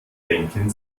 denken